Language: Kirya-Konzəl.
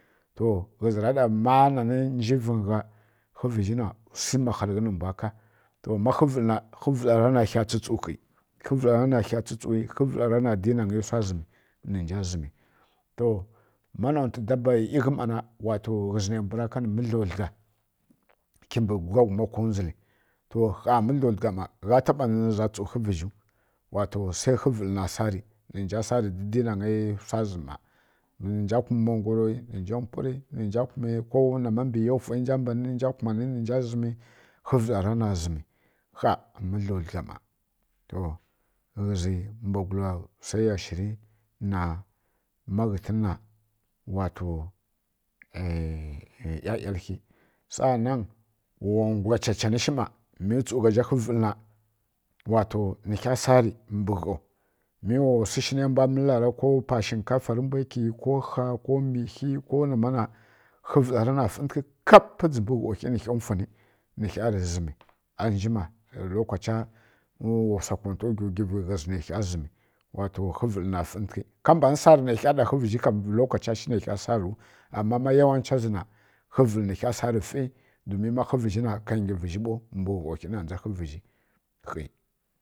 To ghǝzǝ ra ɗa magha nanǝ nghiwvungha khǝ vǝzhina wsu makhalaghǝ nǝmbwa ka to ma khǝ vǝlǝ na khǝvǝlara na hya tsutsuiu khǝ vǝlara na kha dǝdi wsa zǝmi nǝnja zǝmi to ma nontǝ daba ighǝ ma na ghǝzi ne mbwu ra ka nǝ mǝdlodlǝgha kimbǝ gugla ghuma konwdzuli to kha mǝdlodlǝgha ma gha taɓa nǝ ghǝnji nǝnja tsutsu khɨ vǝzhu wato se khǝ vǝlǝ na sari nja sari dǝdi nange wsa zǝme ma nja kum mangoro nja mpwuri nja kum ko nama mbǝ ya fwarǝ nja kumani nja mpwuri khǝvǝlara na zǝmi kha njǝ nnange ma to ghǝzi mbwagulǝ wsa rǝya shǝri na to ˈyaˈyal khi sa anan wa wgǝglachachan shi ma mi tsu gha hǝ vǝlǝ na wato wa kha sǝsari mbǝ gho mi wa wsu shǝ narǝ mbwa mǝli tara ko shinƙafa ko ha ko mihi ko nama na khǝvǝlara na fǝntǝkghǝ kap dzǝmbǝ gho khi nikha mfwuni nǝ kha rǝ zǝmi anjima lokacha wa wsa kwantwa wguwguvi ghǝzǝ ne kha zǝmi wato khe vǝli na fǝntǝghi ka mban sarǝ nekha ɗa khǝ vǝzhi kam amma ma yawancha zǝna khǝvǝli nikha ˈfi don ma khǝvǝzhi na kwa gho khi na ndza khǝvǝzhi khi